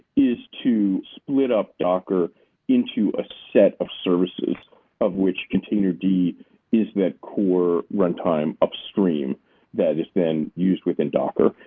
is to split up docker into a set of services of which container d is that core runtime upstream that is then used within docker.